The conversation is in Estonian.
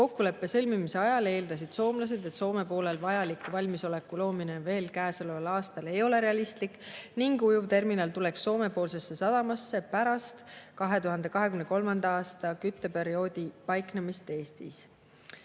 Kokkuleppe sõlmimise ajal eeldasid soomlased, et Soome poolel vajaliku valmisoleku loomine käesoleval aastal ei ole realistlik ning ujuvterminal tuleks Soome-poolsesse sadamasse pärast 2023. aasta kütteperioodi, seni paikneks